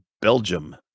Belgium